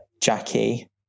Jackie